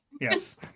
yes